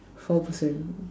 four person